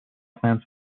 plants